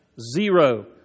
Zero